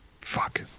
Fuck